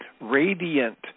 radiant